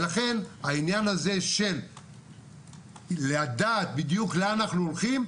ולכן העניין הזה של לדעת בדיוק לאן אנחנו הולכים,